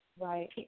Right